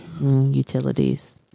Utilities